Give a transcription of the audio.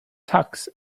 tux